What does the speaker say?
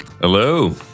Hello